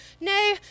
no